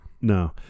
No